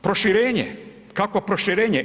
Proširenje, kakvo proširenje?